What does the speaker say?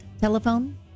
telephone